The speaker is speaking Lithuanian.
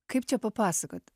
kaip čia papasakot